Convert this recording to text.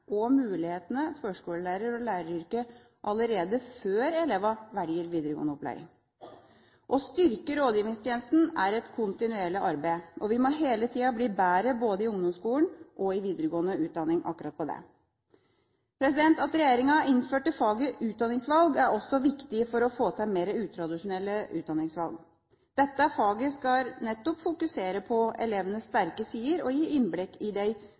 og mulighetene i førskolelærer- og læreryrket allerede før elevene velger videregående opplæring. Å styrke rådgivningstjenesten er et kontinuerlig arbeid, og vi må hele tida bli bedre både i ungdomsskolen og i videregående utdanning akkurat på det. At regjeringa innførte faget utdanningsvalg, er også viktig for å få til mer utradisjonelle utdanningsvalg. Dette faget skal nettopp fokusere på elevenes sterke sider og gi innblikk i de